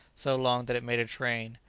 so long that it made a train.